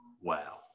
Wow